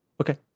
Okay